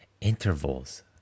intervals